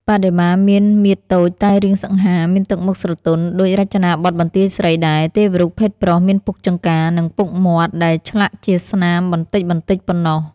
បដិមា មានមាឌតូចតែរាងសង្ហា មានទឹកមុខស្រទន់ដូចរចនាបថបន្ទាយស្រីដែរ ទេវរូបភេទប្រុសមានពុកចង្កា និងពុកមាត់ ដែលឆ្លាក់ជាស្នាម បន្តិចៗប៉ុណ្ណោះ។